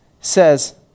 says